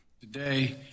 today